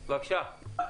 בבקשה.